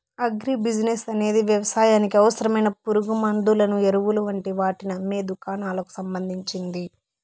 agri business అనేది వ్యవసాయానికి అవసరమైన పురుగుమండులను, ఎరువులు వంటి వాటిని అమ్మే దుకాణాలకు సంబంధించింది